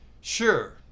Sure